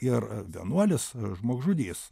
ir vienuolis žmogžudys